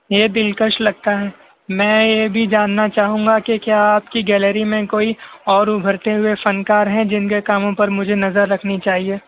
یہ دلکش لگتا ہے میں یہ بھی جاننا چاہوں گا کہ کیا آپ کی گیلری میں کوئی اور ابھرتے ہوئے فنکار ہیں جن کے کاموں پر مجھے نظر رکھنی چاہیے